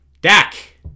dak